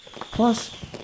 Plus